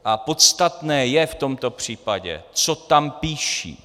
A podstatné je v tomto případě, co tam píší.